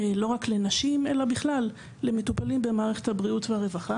לא רק לנשים אלא בכלל למטופלים במערכת הבריאות והרווחה.